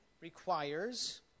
requires